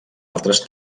altres